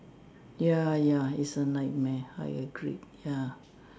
ya ya is a nightmare I agreed ya